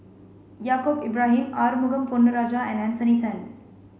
Yaacob Ibrahim Arumugam Ponnu Rajah and Anthony Then